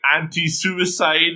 anti-suicide